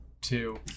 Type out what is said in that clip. two